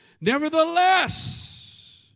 Nevertheless